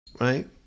right